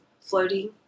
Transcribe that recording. floating